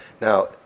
Now